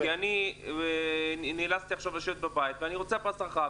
כי אני נאלצתי עכשיו לשבת בבית ואני רוצה פס רחב,